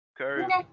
Okay